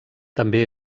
també